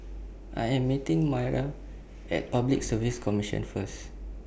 I Am meeting Maira At Public Service Commission First